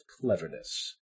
cleverness